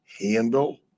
handle